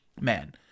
man